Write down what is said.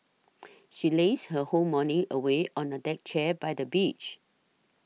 she lazed her whole morning away on a deck chair by the beach